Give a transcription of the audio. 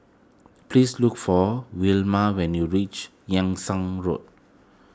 please look for Wilma when you reach Yung Sheng Road